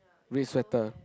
red sweater